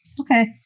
Okay